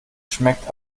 schmeckt